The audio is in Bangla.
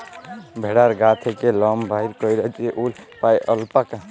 ভেড়ার গা থ্যাকে লম বাইর ক্যইরে যে উল পাই অল্পাকা